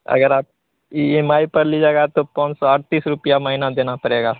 अगर आप E M I पर लीजिएगा तो पाँच सौ अड़तीस रुपये महीना देना पड़ेगा आपको